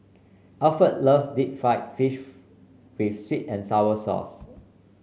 Alford loves Deep Fried Fish with sweet and sour sauce